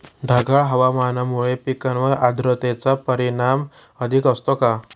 ढगाळ हवामानामुळे पिकांवर आर्द्रतेचे परिणाम अधिक असतो का?